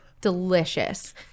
delicious